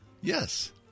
Yes